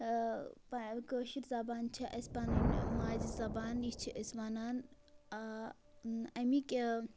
کٲشِر زَبان چھِ اَسہِ پَنٕنۍ ماجہِ زبان یہِ چھِ أسۍ وَنان اَمِکۍ